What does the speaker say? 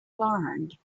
learned